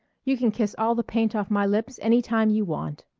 you can kiss all the paint off my lips any time you want.